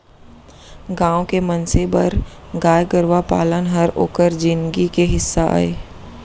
गॉँव के मनसे बर गाय गरूवा पालन हर ओकर जिनगी के हिस्सा अय